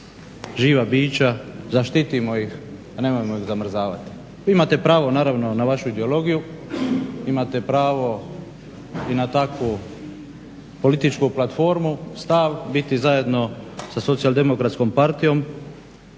živa bića, zaštitimo ih, a nemojmo ih zamrzavati. Vi imate pravo naravno na vašu ideologiju, imate pravo i na takvu političku platformu, stav, biti zajedno sa SDP-om u tom stavu,